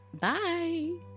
Bye